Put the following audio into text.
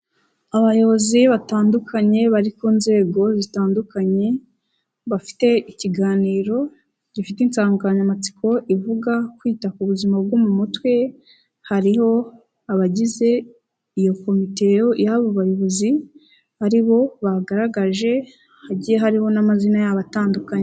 Abayobozi batandukanye bari ku nzego zitandukanye, bafite ikiganiro gifite insanganyamatsiko ivuga '' kwita ku buzima bwo mu mutwe'', hariho abagize iyo komite y'abo bayobozi, aribo bagaragaje, hagiye harimo n'amazina yabo atandukanye.